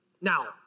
Now